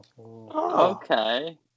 Okay